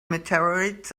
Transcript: meteorites